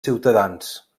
ciutadans